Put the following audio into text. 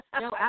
No